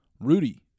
rudy